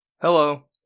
Hello